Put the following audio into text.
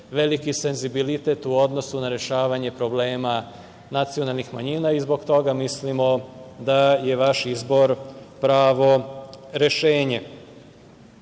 veliki senzibilitet u odnosu na rešavanje problema nacionalnih manjina. Zbog toga mislimo da je vaš izbor pravo rešenje. Što